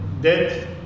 death